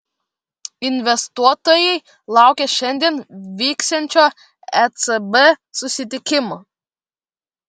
investuotojai laukia šiandien vyksiančio ecb susitikimo